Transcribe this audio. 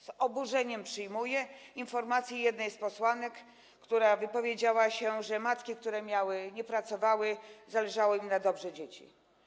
Z oburzeniem przyjmuję informację jednej z posłanek, która wypowiedziała się, że matkom, które nie pracowały, zależało na dobru dzieci.